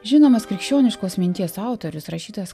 žinomas krikščioniškos minties autorius rašytojas